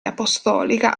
apostolica